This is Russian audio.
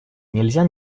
нельзя